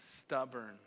stubborn